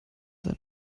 sein